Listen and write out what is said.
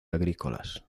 agrícolas